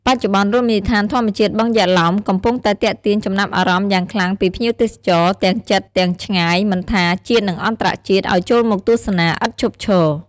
បច្ចុប្បន្នរមណីយដ្ឋានធម្មជាតិបឹងយក្សឡោមកំពុងតែទាក់ទាញចំណាប់អារម្មណ៍យ៉ាងខ្លាំងពីភ្ញៀវទេសចរ ទាំងជិតទាំងឆ្ងាយមិនថា ជាតិ និង អន្តរជាតិ ឱ្យចូលមកទស្សនាឥតឈប់ឈរ។